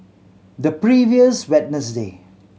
the previous Wednesday